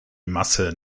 masse